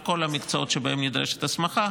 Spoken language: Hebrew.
בכל המקצועות שבהם נדרשת הסמכה,